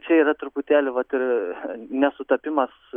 čia yra truputėlį vat ir nesutapimas